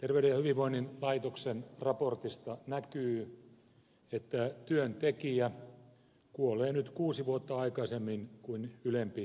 terveyden ja hyvinvoinnin laitoksen raportista näkyy että työntekijä kuolee nyt kuusi vuotta aikaisemmin kuin ylempi toimihenkilö